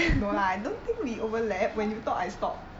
no lah I don't think we overlap when you talk I stop